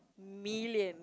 million